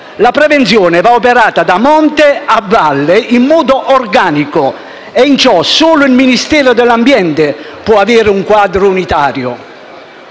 La prevenzione va operata da monte a valle in modo organico e in ciò solo il Ministero dell'ambiente può avere un quadro unitario.